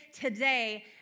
today